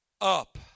up